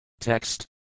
Text